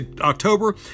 October